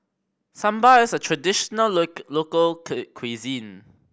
sambar is a traditional local cuisine